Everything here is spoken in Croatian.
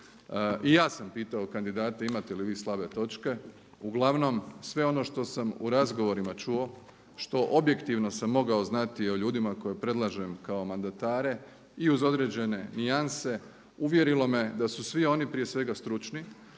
I ja sam pitao kandidate imate li vi slabe točke, uglavnom sve ono što sam u razgovorima čuo, što objektivno sam mogao znati o ljudima koje predlažem kao mandatare i uz određene nijanse uvjerilo me da su svi oni prije svega stručni,